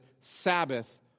Sabbath